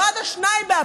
או עד 2 באפריל,